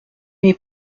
mes